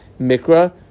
mikra